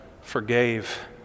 forgave